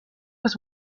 was